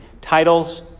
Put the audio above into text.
Titles